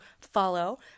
follow